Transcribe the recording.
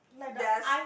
theirs